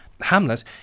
Hamlet